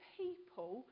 people